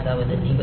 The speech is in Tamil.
அதாவது 52